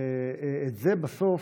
ואת זה בסוף,